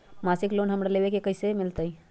मासिक लोन हमरा लेवे के हई कैसे मिलत?